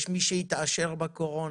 יש מי שהתעשר בקורונה,